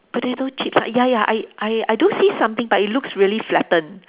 potato chip ah ya ya I I I do see something but it looks really flattened